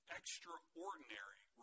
extraordinary